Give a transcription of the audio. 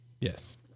Yes